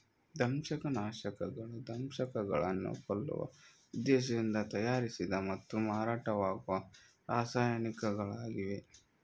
ದಂಶಕ ನಾಶಕಗಳು ದಂಶಕಗಳನ್ನು ಕೊಲ್ಲುವ ಉದ್ದೇಶದಿಂದ ತಯಾರಿಸಿದ ಮತ್ತು ಮಾರಾಟವಾಗುವ ರಾಸಾಯನಿಕಗಳಾಗಿವೆ